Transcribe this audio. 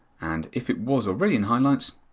and if it was already in highlights,